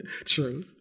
True